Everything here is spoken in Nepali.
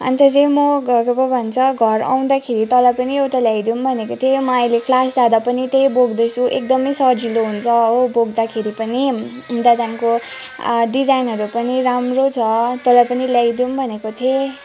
अन्त चाहिँ म के पो भन्छ म घर आउँदाखेरि तँलाई पनि एउटा ल्याइदिऊँ भनेको थिएँ म अहिले क्लास जाँदा पनि त्यही बोक्दैछु एकदमै सजिलो हुन्छ हो बोक्दाखेरि पनि अन्त त्यहाँदेखिन्को डिजाइनहरू पनि राम्रो छ तँलाई पनि ल्याइदिऊँ भनेको थिएँ